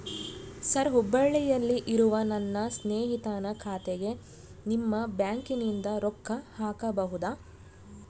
Sir ಹುಬ್ಬಳ್ಳಿಯಲ್ಲಿ ಇರುವ ನನ್ನ ಸ್ನೇಹಿತನ ಖಾತೆಗೆ ನಿಮ್ಮ ಬ್ಯಾಂಕಿನಿಂದ ರೊಕ್ಕ ಹಾಕಬಹುದಾ?